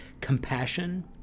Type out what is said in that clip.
compassion